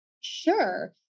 sure